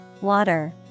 water